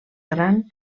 gran